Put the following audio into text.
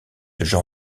jean